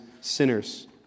sinners